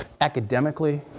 academically